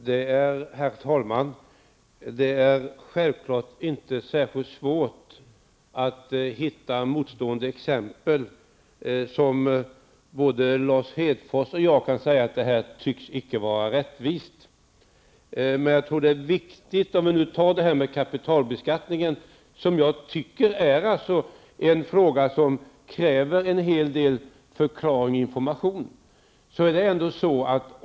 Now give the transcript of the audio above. Herr talman! Det är självfallet inte särskilt svårt att hitta motstående exempel där både Lars Hedfors och jag kan säga att det icke tycks vara rättvist. Men kapitalbeskattningen är en fråga som kräver en hel del förklaring och information.